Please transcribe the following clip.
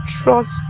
trust